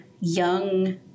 young